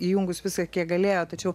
įjungus visą kiek galėjo tačiau